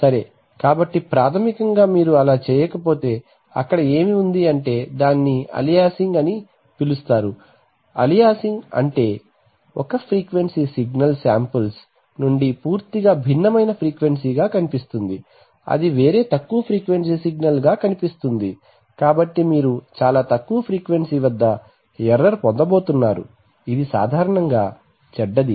సరే కాబట్టి ప్రాథమికంగా మీరు అలా చేయకపోతే అక్కడ ఏమి ఉంది అంటే దానిని అలియాసింగ్ అని పిలుస్తారు అలియాసింగ్ అంటే ఒక ఫ్రీక్వెన్సీ సిగ్నల్ శాంపిల్స్ నుండి పూర్తిగా భిన్నమైన ఫ్రీక్వెన్సీగా కనిపిస్తుంది అది వేరే తక్కువ ఫ్రీక్వెన్సీ సిగ్నల్ గా కనిపిస్తుంది కాబట్టి మీరు చాలా తక్కువ ఫ్రీక్వెన్సీ వద్ద ఎర్రర్ పొందబోతున్నారు ఇది సాధారణంగా చెడ్డది